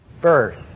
birth